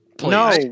no